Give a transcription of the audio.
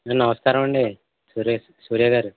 అండి నమస్కారం అండి సురేష్ సూర్య గారు